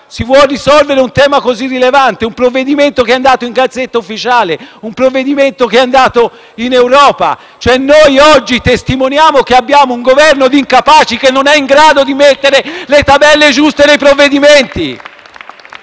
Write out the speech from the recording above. si vuol risolvere una questione così rilevante su un provvedimento che è stato pubblicato in *Gazzetta Ufficiale* e che è andato in Europa. Noi oggi testimoniamo che abbiamo un Governo di incapaci, che non è in grado di mettere le tabelle giuste nei provvedimenti.